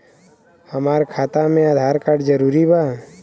हमार खाता में आधार कार्ड जरूरी बा?